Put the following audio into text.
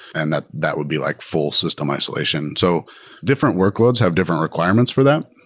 and that that would be like full system isolation. so different workloads have different requirements for them,